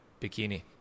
bikini